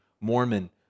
Mormon